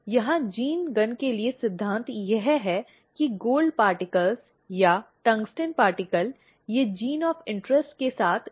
यहां gene gun के लिए सिद्धांत यह है कि सोने के कण या टंगस्टन कण ये जीन ऑफ इंटरेस्ट के साथ लेपित होते हैं